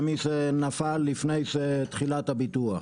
למי שנפל לפני תחילת הביטוח.